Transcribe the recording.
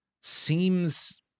seems